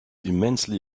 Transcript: immensely